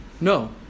No